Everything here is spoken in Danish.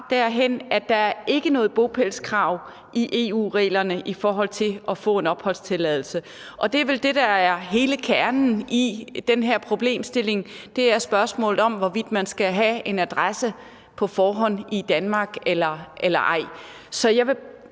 derhen, at der ikke er noget bopælskrav i EU-reglerne i forhold til at få en opholdstilladelse, og det er vel det, der er hele kernen i den her problemstilling, nemlig spørgsmålet om, hvorvidt man på forhånd skal have en adresse i Danmark eller ej. Så jeg vil